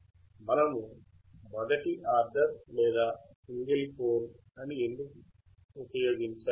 మనము మొదటి ఆర్డర్ లేదా సింగిల్ పోల్ అని ఎందుకు ఉపయోగించాలి